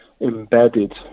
embedded